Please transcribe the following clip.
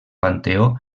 panteó